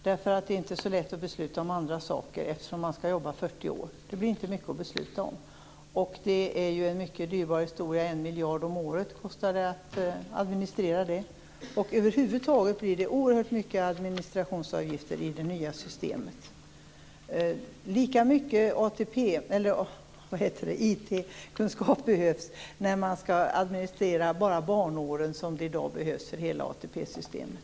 Det är inte så lätt att besluta om andra saker, eftersom man skall jobba 40 år. Det blir inte mycket att besluta om. Detta är en mycket dyrbar historia, 1 miljard om året kostar det att administrera. Över huvud taget blir det oerhört mycket administrationsavgifter i det nya systemet. Det behövs lika mycket IT-kunskap när man skall administrera bara barnåren som det i dag behövs för hela ATP-systemet.